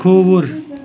کھووُر